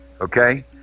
Okay